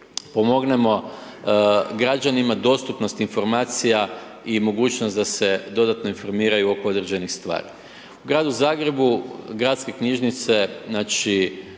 pomognemo građanima dostupnosti informacija i mogućnost da se dodatno informiraju oko određenih stvari. U gradu Zagrebu, gradske knjižnice, znači,